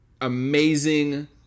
Amazing